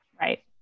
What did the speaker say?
right